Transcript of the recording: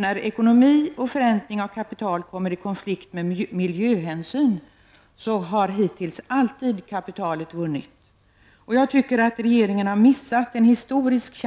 När ekonomi och förräntning av kapital kommer i konflikt med miljöhänsyn har hittills alltid kapitalet vunnit. Jag tycker att regeringen här har missat en historisk